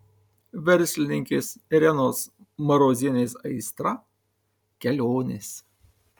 verslininkės irenos marozienės aistra kelionės